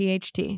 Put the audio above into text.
THT